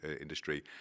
industry